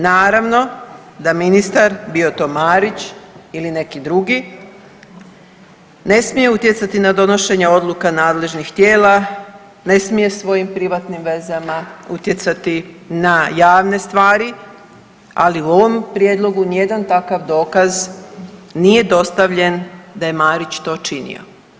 Naravno da ministar bio to Marić ili neki drugi ne smije utjecati na donošenje odluka nadležnih tijela, ne smije svojim privatnim vezama utjecati na javne stvari, ali u ovom prijedlogu nijedan takav dokaz nije dostavljen da je Marić to činio.